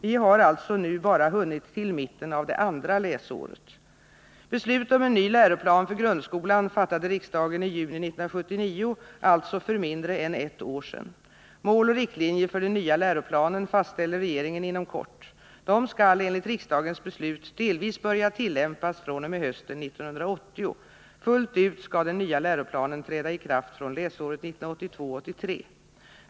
Vi har alltså nu bara hunnit till mitten av det andra läsåret. Beslut om en ny läroplan för grundskolan fattade riksdagen i juni 1979, alltså för mindre än ett år sedan. Mål och riktlinjer för den nya läroplanen fastställer regeringen inom kort. De skall, enligt riksdagens beslut, delvis börja tillämpas fr.o.m. hösten 1980. Fullt ut skall den nya läroplanen träda i kraft från läsåret 1982/83.